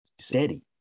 steady